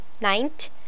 Ninth